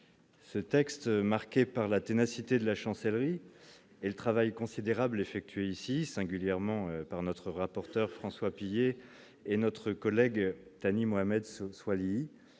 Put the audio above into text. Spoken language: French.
ce texte marqué par la ténacité de la chancellerie et le travail considérable effectué ici singulièrement par notre rapporteur François Pillet et notre collègue Thani Mohamed soit